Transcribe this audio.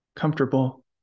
comfortable